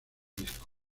disco